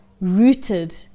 rooted